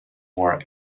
war